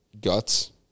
guts